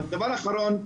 והדבר האחרון,